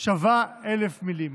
שווה אלף מילים.